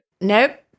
Nope